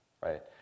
right